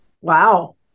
Wow